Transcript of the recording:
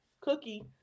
Cookie